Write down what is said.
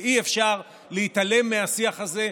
אי-אפשר להתעלם מהשיח הזה,